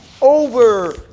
over